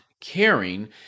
caring